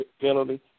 penalty